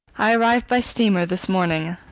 i arrived by steamer this morning.